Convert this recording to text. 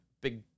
big